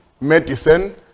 medicine